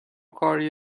کاری